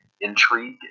intrigue